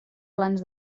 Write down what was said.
plans